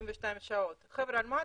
חבר'ה, מה,